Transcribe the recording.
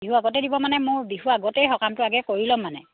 বিহু আগতে দিব মানে মোৰ বিহু আগতেই সকামটো আগেই কৰি ল'ম মানে